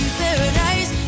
paradise